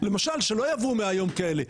למשל שלא יבואו מהיום כאלה,